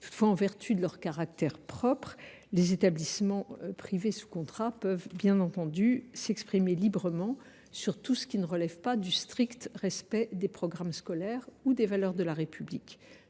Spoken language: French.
Toutefois, en vertu de leur caractère propre, les établissements privés sous contrat peuvent bien entendu s’exprimer librement sur tout ce qui ne relève pas du strict respect des programmes scolaires ou des valeurs de la République.